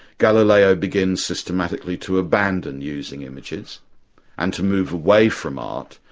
galileo begins systematically to abandon using images and to move away from art,